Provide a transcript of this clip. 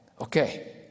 Okay